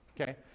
okay